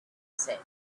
said